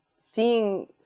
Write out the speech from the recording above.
seeing